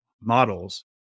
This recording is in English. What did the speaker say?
models